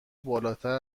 بالاتر